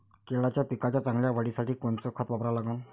केळाच्या पिकाच्या चांगल्या वाढीसाठी कोनचं खत वापरा लागन?